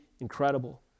incredible